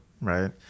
right